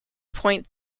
point